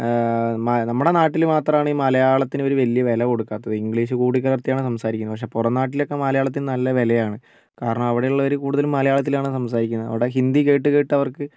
നമ്മളുടെ നാട്ടില് മാത്രമാണ് ഈ മലയാളത്തിന് ഒരു വലിയ വില കൊടുക്കാത്തത് ഇംഗ്ലീഷ് കൂട്ടികലർത്തിയാണ് സംസാരിക്കുന്നത് പക്ഷെ പുറം നാട്ടിലൊക്കെ മലയാളത്തിന് നല്ല വിലയാണ് കാരണം അവിടെ ഉള്ളവര് കൂടുതലും മലയാളത്തിലാണ് സംസാരിക്കുന്നത് അവിടെ ഹിന്ദി കേട്ട് കേട്ട് അവർക്ക്